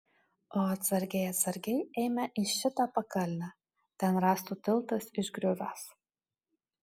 o atsargiai atsargiai eime į šitą pakalnę ten rąstų tiltas išgriuvęs